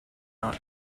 not